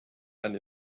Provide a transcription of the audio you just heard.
and